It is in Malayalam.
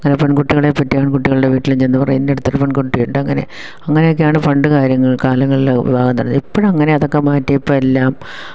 അങ്ങനെ പെണ്കുട്ടികളെപ്പറ്റി ആണ്കുട്ടികളുടെ വീട്ടിലും ചെന്ന് പറയും ഇന്നടത്തൊരു പെണ്കുട്ടി ഉണ്ട് അങ്ങനെ അങ്ങനെയൊക്കെയാണ് പണ്ട് കാര്യങ്ങള് കാലങ്ങളിൽ വിവാഹം നടത്തി ഇപ്പോഴങ്ങനെ അതൊക്കെ മാറ്റി ഇപ്പമെല്ലാം